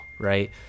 right